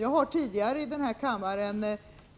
Jag har tidigare i den här kammaren,